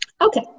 Okay